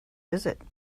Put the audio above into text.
visit